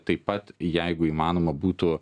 taip pat jeigu įmanoma būtų